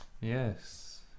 Yes